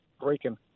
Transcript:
breaking